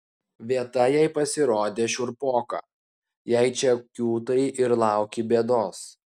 vieta jai pasirodė šiurpoka jei čia kiūtai ir lauki bėdos